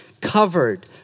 covered